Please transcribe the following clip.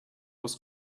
was